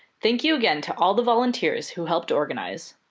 thank you again to all the volunteers who helped organize,